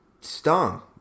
stung